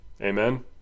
Amen